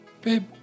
Babe